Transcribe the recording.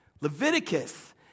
Leviticus